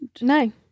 No